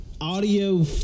audio